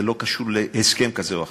זה לא קשור להסכם כזה או אחר: